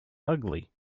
ugly